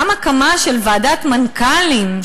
גם הקמתה של ועדת מנכ"לים,